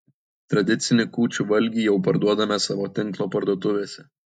tradicinį kūčių valgį jau parduodame savo tinklo parduotuvėse